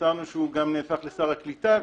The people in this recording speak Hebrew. התבשרנו שהוא גם הפך לשר הקליטה,